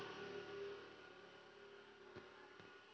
बलुही माटी ल उपजाऊ कइसे बनाय सकत हन?